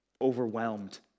overwhelmed